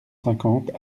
cinquante